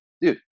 dude